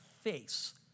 face